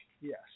Yes